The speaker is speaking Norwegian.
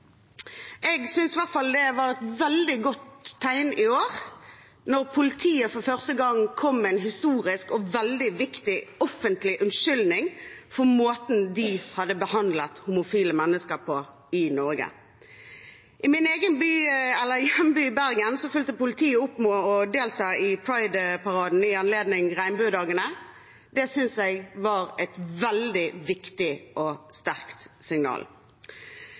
Jeg synes i hvert fall det var et veldig godt tegn da politiet i år for første gang kom med en historisk og veldig viktig offentlig unnskyldning for måten de hadde behandlet homofile mennesker på i Norge. I min hjemby Bergen fulgte politiet opp med å delta i Pride-paraden i anledning Regnbuedagene. Det syntes jeg var et veldig viktig og sterkt signal.